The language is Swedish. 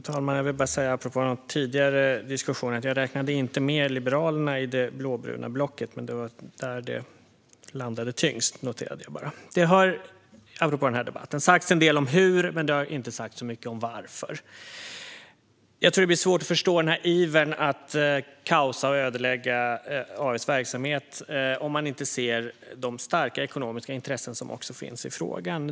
Fru talman! Jag vill bara, apropå den tidigare diskussionen, säga att jag inte räknade med Liberalerna i det blåbruna blocket, men jag noterar att det var där det landade tyngst. Det har apropå denna debatt sagts en del om hur men inte så mycket om varför. Jag tror att det blir svårt att förstå ivern att skapa kaos i och ödelägga AF:s verksamhet om man inte ser de starka ekonomiska intressen som finns i frågan.